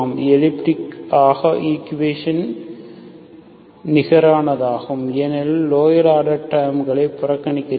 elliptic ஆக equation நிகரானதாகும் ஏனெனில் லோயர் ஆர்டர் டேர்ம் களை புறக்கணிக்கிறீர்கள்